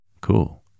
Cool